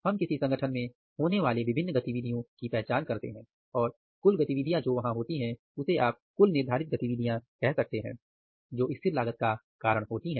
हम किसी संगठन में होने वाले विभिन्न गतिविधियों की पहचान करते हैं और कुल गतिविधियां जो वहां होती हैं उसे आप कुल निर्धारित गतिविधियां कह सकते हैं जो स्थिर लागत का कारण होती है